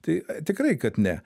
tai tikrai kad ne